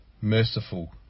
merciful